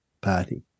party